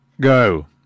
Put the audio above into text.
Go